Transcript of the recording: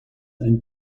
ein